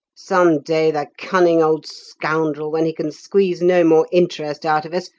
some day the cunning old scoundrel, when he can squeeze no more interest out of us,